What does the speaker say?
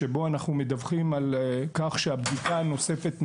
שבו אנחנו מדווחים על כך שהבדיקה הנוספת נעשתה,